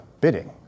bidding